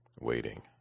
waiting